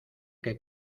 que